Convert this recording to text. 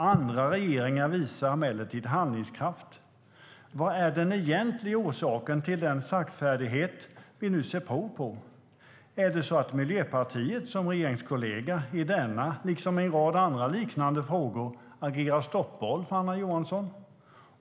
Andra regeringar visar emellertid handlingskraft. Vad är den egentliga orsaken till den saktfärdighet vi nu ser prov på? Är det så att Miljöpartiet som regeringskollega i denna liksom i en rad andra liknande frågor agerar stoppboll för Anna Johansson?